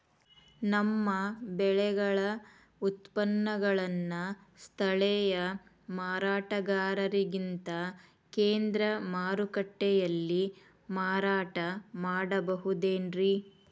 ನಮ್ಮ ಬೆಳೆಗಳ ಉತ್ಪನ್ನಗಳನ್ನ ಸ್ಥಳೇಯ ಮಾರಾಟಗಾರರಿಗಿಂತ ಕೇಂದ್ರ ಮಾರುಕಟ್ಟೆಯಲ್ಲಿ ಮಾರಾಟ ಮಾಡಬಹುದೇನ್ರಿ?